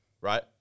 right